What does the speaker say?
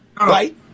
Right